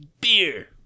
beer